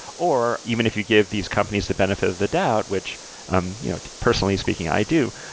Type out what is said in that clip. or even if you give these companies the benefit of the doubt, which um you know personally speaking i do.